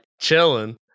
chilling